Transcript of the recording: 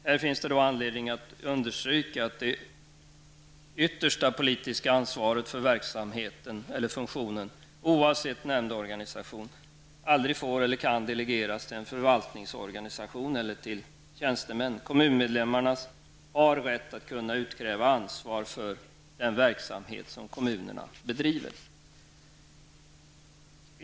Det finns här anledning att understryka att det yttersta politiska ansvaret för verksamheten eller funktionen oavsett nämndorganisation aldrig får eller kan delegeras till en förvaltningsorganisation eller till tjänstemän. Kommunmedlemmarna har rätt att kunna utkräva ansvar för den verksamhet som kommunerna bedriver.